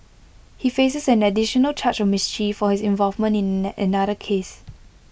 he faces an additional charge of mischief for his involvement in another case